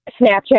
Snapchat